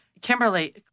Kimberly